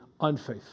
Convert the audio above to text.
unfaithful